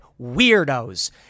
weirdos